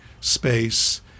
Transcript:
space